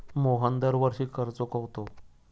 मोहन दरवर्षी कर चुकवतो